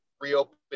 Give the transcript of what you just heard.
reopen